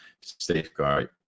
safeguard